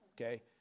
Okay